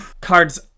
Cards